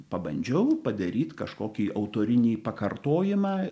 pabandžiau padaryt kažkokį autorinį pakartojimą